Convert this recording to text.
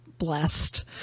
blessed